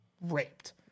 raped